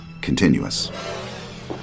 continuous